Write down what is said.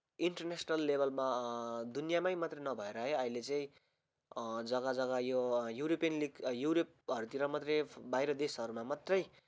international लेवेलमा दुनियाँमै मात्रै नभएर है अहिले चाहिँ जग्गा जग्गा यो युरोपियन लिग युरोपहरूतिर मात्रै बाहिर देशहरूमा मात्रै